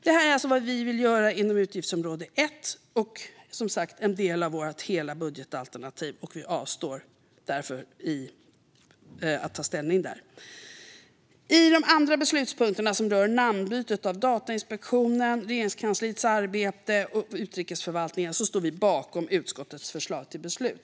Det här är vad vi vill göra inom utgiftsområde 1 och en del av vårt budgetalternativ som helhet. Vi avstår därför från att ta ställning där. I de andra beslutspunkterna som rör namnbytet av Datainspektionen, Regeringskansliets arbete och utrikesförvaltningen står vi bakom utskottets förslag till beslut.